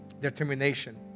determination